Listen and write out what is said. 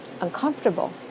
uncomfortable